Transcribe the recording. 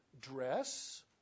dress